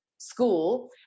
school